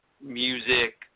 music